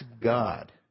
God